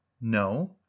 No